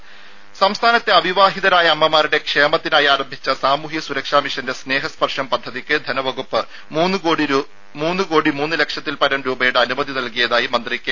രുര സംസ്ഥാനത്തെ അവിവാഹിതരായ അമ്മമാരുടെ ക്ഷേമത്തിനായി ആരംഭിച്ച സാമൂഹ്യ സുരക്ഷ മിഷന്റെ സ്നേഹ സ്പർശം പദ്ധതിക്ക് ധനവകുപ്പ് മൂന്ന് കോടി മൂന്ന് ലക്ഷത്തിൽപരം രൂപയുടെ അനുമതി നൽകിയതായി മന്ത്രി കെ